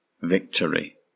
victory